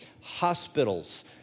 Hospitals